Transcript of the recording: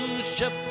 ship